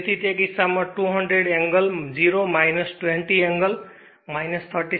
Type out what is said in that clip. તેથી તે કિસ્સામાં તે E200 angle 0 20 angle 36